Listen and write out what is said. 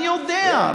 אני יודע.